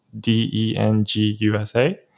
d-e-n-g-u-s-a